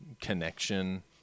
connection